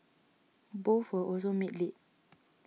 both were also made late